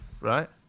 right